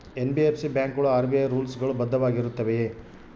NBFC ಬ್ಯಾಂಕುಗಳು RBI rules ಗಳು ಬದ್ಧವಾಗಿ ಇರುತ್ತವೆಯ?